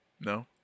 no